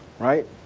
right